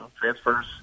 transfers